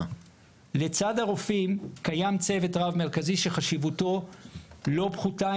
לצד הרופאים קיים צוות רב מרכזי שחשיבותו לא פחותה,